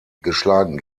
geschlagen